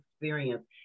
experience